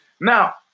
Now